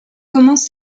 commence